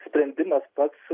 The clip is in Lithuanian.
sprendimas pats